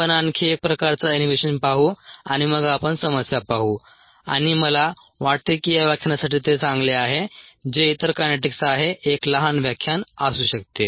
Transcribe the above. आपण आणखी एक प्रकारचा इनहिबिशन पाहू आणि मग आपण समस्या पाहू आणि मला वाटते की या व्याख्यानासाठी ते चांगले आहे जे इतर कायनेटिक्स आहे एक लहान व्याख्यान असू शकते